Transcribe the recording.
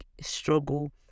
struggle